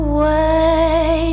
Away